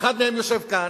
אחד מהם יושב כאן,